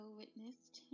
witnessed